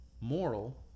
moral